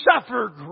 suffer